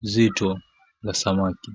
zito za samaki.